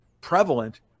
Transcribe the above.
prevalent